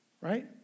Right